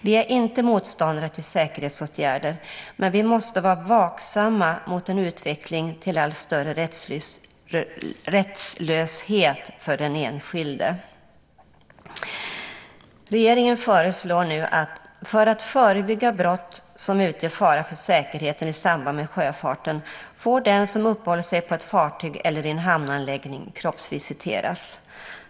Vi är inte motståndare till säkerhetsåtgärder, men vi måste vara vaksamma mot en utveckling mot allt större rättslöshet för den enskilde. Regeringen föreslår att för att förebygga brott som utgör fara för säkerheten i samband med sjöfarten får den som uppehåller sig på ett fartyg eller i en hamnanläggning kroppsvisiteras.